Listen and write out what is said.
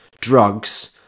drugs